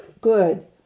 Good